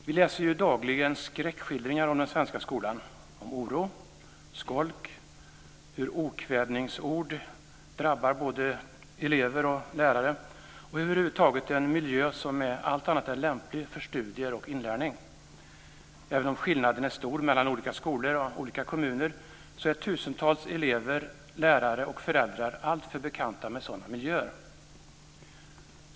Vi läser ju dagligen skräckskildringar om den svenska skolan - om oro, skolk, hur okvädningsord drabbar både elever och lärare och över huvud taget om en miljö som är allt annat än lämplig för studier och inlärning. Även om skillnaden är stor mellan olika skolor och olika kommuner så är tusentals elever, lärare och föräldrar alltför bekanta med sådana miljöer.